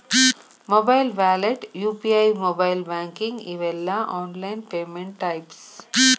mobile wallet UPI mobile banking ಇವೆಲ್ಲ online payment types